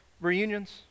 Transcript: reunions